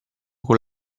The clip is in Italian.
con